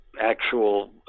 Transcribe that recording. actual